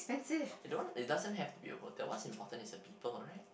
don't it doesn't have to be a hotel what's important is the people right